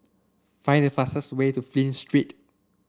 find the fastest way to Flint Street